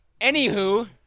Anywho